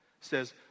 says